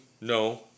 No